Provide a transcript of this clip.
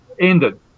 ended